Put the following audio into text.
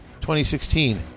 2016